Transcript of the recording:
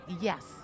Yes